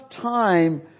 time